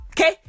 Okay